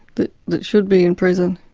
that that should be in prison.